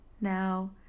now